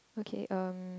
okay um